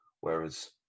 whereas